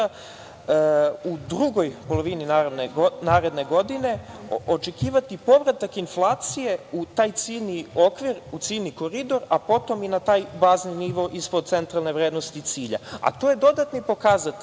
u drugoj polovini naredne godine očekivati povratak inflacije u taj ciljni okvir, ciljni koridor, a potom i na taj bazni nivo ispod centralne vrednosti cilja. Ali, da će